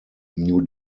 new